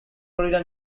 florida